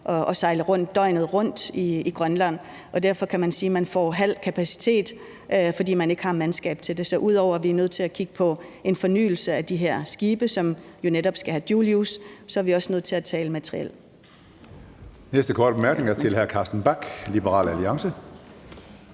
at sejle rundt døgnet rundt i Grønland. Derfor kan man sige, at man får halv kapacitet, fordi man ikke har mandskab til det. Så ud over at vi er nødt til at kigge på en fornyelse af de her skibe, som jo netop skal have dual use, så er vi også nødt til at tale materiel. Kl. 22:53 Tredje næstformand (Karsten Hønge): Den